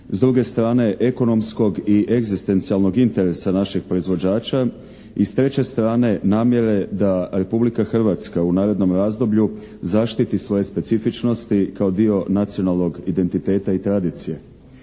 S druge strane ekonomskog i egzistencijalnog interesa našeg proizvođač i s te će strane namjere da Republika Hrvatska u narednom razdoblju zaštiti svoje specifičnosti kao dio nacionalnog identiteta i tradicije.